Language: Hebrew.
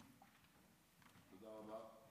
תודה רבה.